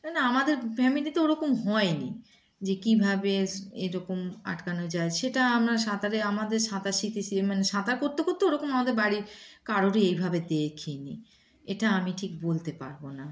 না আমাদের ফ্যামিলিতে ওরকম হয়নি যে কীভাবে এরকম আটকানো যায় সেটা আমরা সাঁতারে আমাদের সাঁতার শিখতে মানে সাঁতার করতে করতে ওরকম আমাদের বাড়ির কারোরই এইভাবে দেখ নি এটা আমি ঠিক বলতে পারবো না